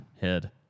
head